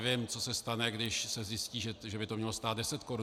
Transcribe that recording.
Nevím, co se stane, když se zjistí, že by to mělo stát deset korun.